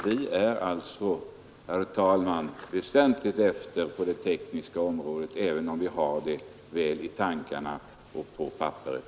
Vi är alltså, herr talman, väsentligt efter i utförandet av tekniska förändringar i denna storlek, även om man väl har utbyggnadsplaner i tankarna och på papperet.